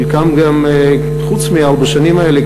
חלקם חוץ מארבע השנים האלה,